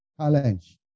challenge